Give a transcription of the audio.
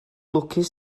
lwcus